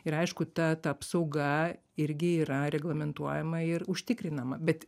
ir aišku ta ta apsauga irgi yra reglamentuojama ir užtikrinama bet